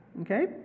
Okay